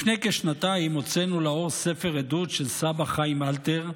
לפני כשנתיים הוצאנו לאור ספר עדות של סבא חיים אלתר,